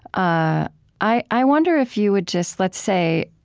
ah i i wonder if you would just let's say,